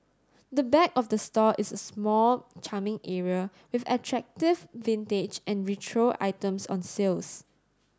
the back of the store is a small charming area with attractive vintage and retro items on sales